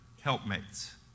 helpmates